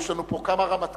יש לנו פה כמה רמטכ"לים